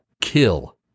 kill